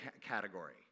category